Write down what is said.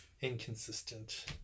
inconsistent